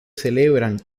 celebran